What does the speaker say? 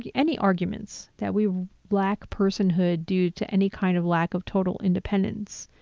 yeah any arguments that we lack personhood due to any kind of lack of total independence,